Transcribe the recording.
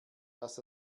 dass